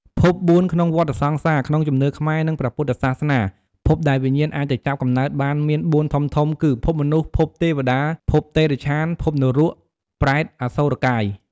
ភព៤ក្នុងសង្សារវដ្ដ ក្នុងជំនឿខ្មែរ និងព្រះពុទ្ធសាសនា ភពដែលវិញ្ញាណអាចទៅចាប់កំណើតបានមាន៤ធំៗគឺ ភពមនុស្ស ភពទេវតា ភពតិរច្ឆាន ភពនរក ប្រេត អសុរកាយ។